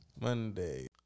Monday